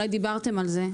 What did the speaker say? אולי דיברתם על זה.